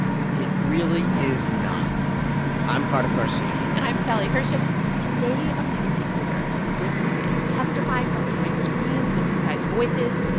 it really is not no, no i'm cardiff garcia and i'm sally herships. today on the indicator witnesses testifying from behind screens with disguised voices,